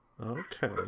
Okay